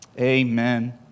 Amen